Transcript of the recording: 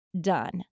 done